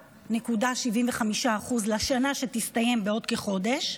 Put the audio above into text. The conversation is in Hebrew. ל-3.75% לשנה שתסתיים בעוד כחודש,